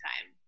time